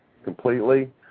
completely